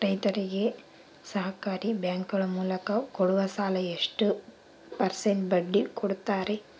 ರೈತರಿಗೆ ಸಹಕಾರಿ ಬ್ಯಾಂಕುಗಳ ಮೂಲಕ ಕೊಡುವ ಸಾಲ ಎಷ್ಟು ಪರ್ಸೆಂಟ್ ಬಡ್ಡಿ ಕೊಡುತ್ತಾರೆ?